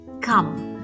Come